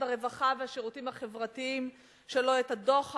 הרווחה והשירותים החברתיים את הדוח שלו,